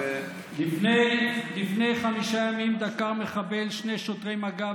לפני חמישה ימים דקר מחבל שני שוטרי מג"ב